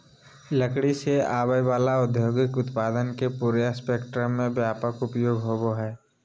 लकड़ी से आवय वला औद्योगिक उत्पादन के पूरे स्पेक्ट्रम में व्यापक उपयोग होबो हइ